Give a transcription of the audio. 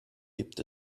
gibt